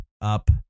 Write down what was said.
up